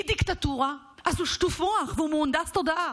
היא דיקטטורה, אז הוא שטוף מוח והוא מהונדס תודעה.